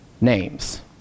names